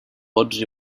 bots